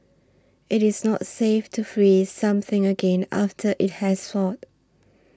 it is not safe to freeze something again after it has thawed